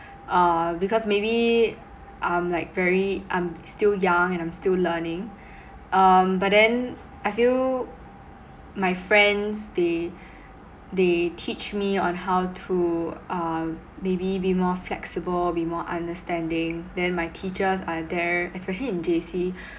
uh because maybe I'm like very I'm still young and I'm still learning um but then I feel my friends they they teach me on how to uh maybe be more flexible be more understanding then my teachers are there especially in J_C